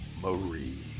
Marie